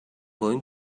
going